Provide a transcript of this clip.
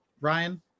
ryan